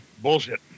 bullshit